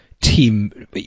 team